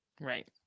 Right